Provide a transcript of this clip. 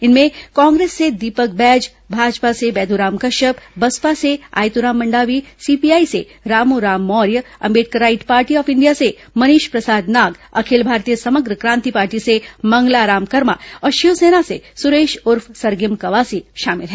इनमें कांग्रेस से दीपक बैज भाजपा से बैद्राम कश्यप बसपा से आयतुराम मंडावी सीपीआई से Ramuram Maurya Ambedkarite party of India से मनीष प्रसाद नाग अखिल भारतीय समग्र क्रांति पार्टी से मंगलाराम कर्मा और शिवसेना से सुरेश उर्फ सरगीम कवासी शामिल हैं